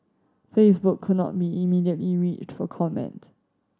Facebook could not be immediately reached for comment